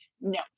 No